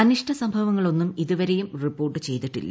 അനിഷ്ട സംഭവങ്ങളൊന്നും ഇതുവരെയും റിപ്പോർട്ട് ചെയ്തിട്ടില്ല